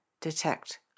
detect